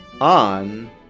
On